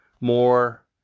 more